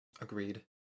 Agreed